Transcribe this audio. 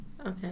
Okay